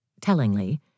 Tellingly